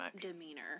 demeanor